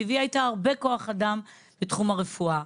שהביאה איתה הרבה כוח אדם בתחום הרפואה.